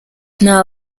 nta